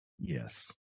Yes